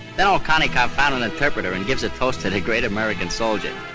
then old konny karve found an interpreter and gives a toast to the great american soldier.